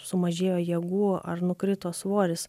sumažėjo jėgų ar nukrito svoris